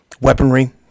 weaponry